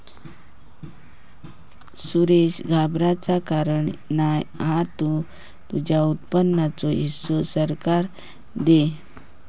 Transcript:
सुरेश घाबराचा कारण नाय हा तु तुझ्या उत्पन्नाचो हिस्सो सरकाराक दे